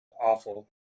Awful